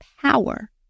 power